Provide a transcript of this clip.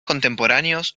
contemporáneos